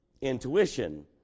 intuition